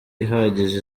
ihagije